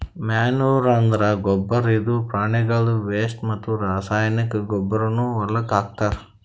manure ಅಂದ್ರ ಗೊಬ್ಬರ್ ಇದು ಪ್ರಾಣಿಗಳ್ದು ವೆಸ್ಟ್ ಮತ್ತ್ ರಾಸಾಯನಿಕ್ ಗೊಬ್ಬರ್ನು ಹೊಲಕ್ಕ್ ಹಾಕ್ತಾರ್